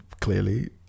clearly